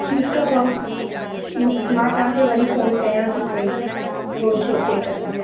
ठीकु आहे भाऊ मां तव्हांखे वरी फ़ोन कयां थी पेई थोरो सोचे करे